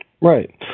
Right